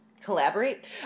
collaborate